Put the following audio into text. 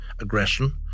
aggression